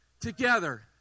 together